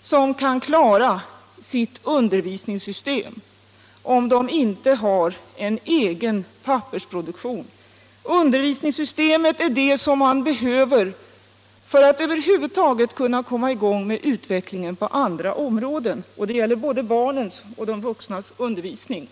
som kan klara sitt undervisningssystem utan att ha en egen pappersproduktion. Undervisningssystemet är det som man behöver för att över huvud taget komma i gång med utvecklingen på andra områden, och det gäller både barnens och de vuxnas undervisning.